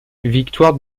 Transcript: victoire